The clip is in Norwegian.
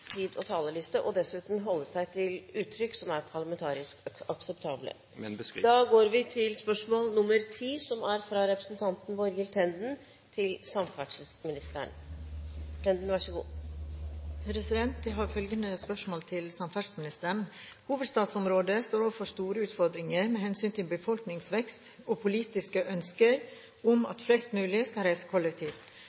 og talerlisten og dessuten holde seg til uttrykk som er parlamentarisk akseptable. Jeg har følgende spørsmål til samferdselsministeren: «Hovedstadsområdet står overfor store utfordringer med hensyn til